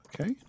Okay